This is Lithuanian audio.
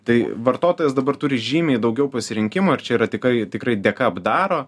tai vartotojas dabar turi žymiai daugiau pasirinkimų ir čia yra tikrai tikrai dėka bdaro